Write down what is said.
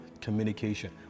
communication